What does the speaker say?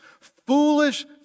foolish